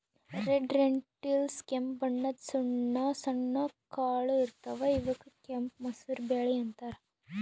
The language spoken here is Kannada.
ರೆಡ್ ರೆಂಟಿಲ್ಸ್ ಕೆಂಪ್ ಬಣ್ಣದ್ ಸಣ್ಣ ಸಣ್ಣು ಕಾಳ್ ಇರ್ತವ್ ಇವಕ್ಕ್ ಕೆಂಪ್ ಮಸೂರ್ ಬ್ಯಾಳಿ ಅಂತಾರ್